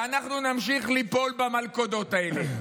ואנחנו נמשיך ליפול במלכודות האלה.